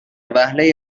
وهله